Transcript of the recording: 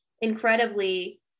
incredibly